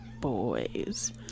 boys